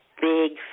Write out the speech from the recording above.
big